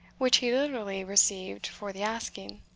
which he literally received for the asking.